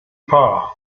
paar